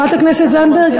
חברת הכנסת זנדברג,